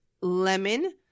lemon